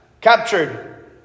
captured